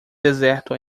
deserto